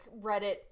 Reddit